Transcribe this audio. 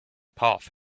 path